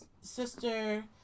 sister